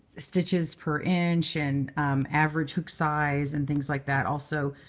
stitches per inch and average hook size and things like that. also,